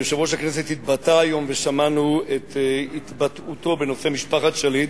יושב-ראש הכנסת התבטא היום ושמענו את התבטאותו בנושא משפחת שליט,